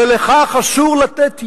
ולכך אסור לתת יד.